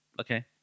Okay